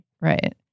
right